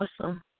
Awesome